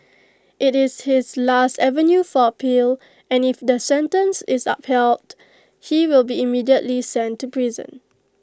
IT is his last avenue for appeal and if the sentence is upheld he will be immediately sent to prison